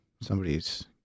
Somebody's